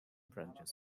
branches